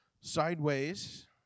sideways